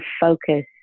focus